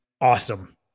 Awesome